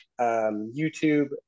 youtube